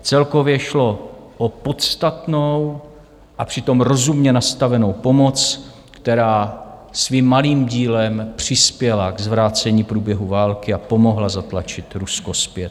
Celkově šlo o podstatnou a přitom rozumně nastavenou pomoc, která svým malým dílem přispěla k zvrácení průběhu války a pomohla zatlačit Rusko zpět.